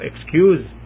excuse